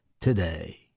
today